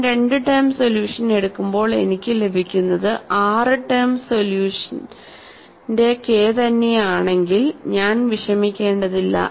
ഞാൻ രണ്ട് term solution എടുക്കുമ്പോൾ എനിക്ക് ലഭിക്കുന്നത് ആറ് ടേം സൊല്യൂഷനിൽ കെ തന്നെയാണെങ്കിൽ ഞാൻ വിഷമിക്കേണ്ടതില്ല